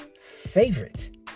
favorite